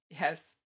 Yes